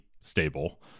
stable